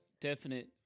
definite